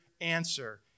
answer